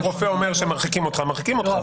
אם רופא אומר שמרחיקים אותך מרחיקים אותך.